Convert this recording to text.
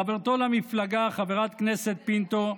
חברתו למפלגה, חברת כנסת פינטו,